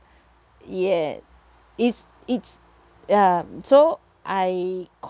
ya is it's ah so I